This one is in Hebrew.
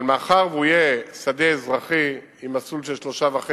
אבל מאחר שהוא יהיה שדה אזרחי עם מסלול של 3.5